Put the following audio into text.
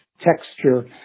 texture